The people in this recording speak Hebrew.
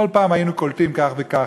כל פעם היינו קולטים כך וכך,